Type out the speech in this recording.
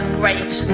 great